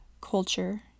culture